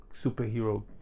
superhero